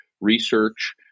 research